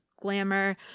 glamour